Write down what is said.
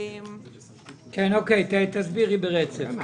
כן, תסבירי ברצף.